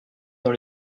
dans